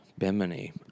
Bimini